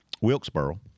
wilkesboro